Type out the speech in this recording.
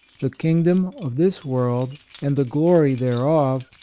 the kingdom of this world and the glory thereof,